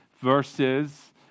verses